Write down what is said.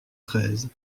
treize